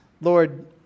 Lord